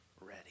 ready